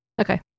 Okay